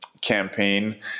campaign